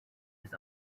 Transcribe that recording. his